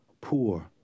poor